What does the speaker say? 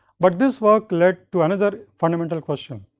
but this work led to another fundamental question,